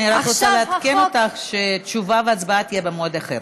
אני רק רוצה לעדכן אותך שתשובה והצבעה יהיו במועד אחר.